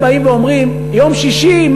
הם באים ואומרים: יום שישי,